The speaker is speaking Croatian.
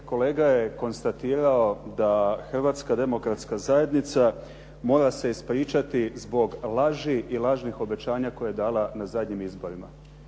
kolega je konstatirao da Hrvatska demokratska zajednica mora se ispričati zbog laži i lažnih obećanja koje je dala na zadnjim izborima.